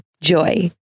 Joy